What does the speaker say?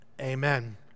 Amen